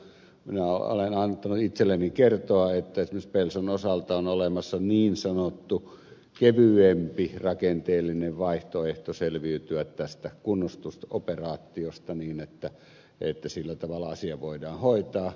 minä olen antanut itselleni kertoa että esimerkiksi pelson osalta on olemassa niin sanottu kevyempi rakenteellinen vaihtoehto selviytyä tästä kunnostusoperaatiosta niin että sillä tavalla asia voidaan hoitaa